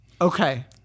Okay